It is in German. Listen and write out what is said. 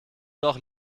doch